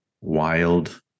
wild